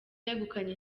yegukanye